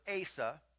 Asa